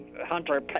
Hunter